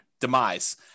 demise